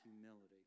humility